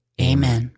Amen